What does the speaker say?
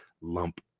lump